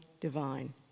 divine